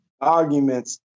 arguments